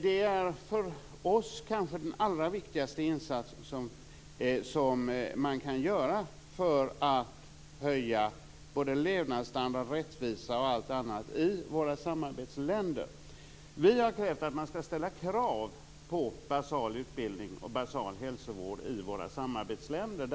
Det är för oss kanske den allra viktigaste insatsen man kan göra för att höja både levnadsstandard, rättvisa och allt annat i våra samarbetsländer. Vi moderater har krävt att man skall ställa krav på basal utbildning och basal hälsovård i Sveriges samarbetsländer.